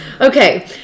Okay